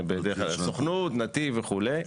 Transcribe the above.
לסוכנות או ל'נתיב' וכולי,